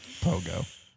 Pogo